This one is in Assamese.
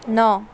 ন